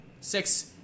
six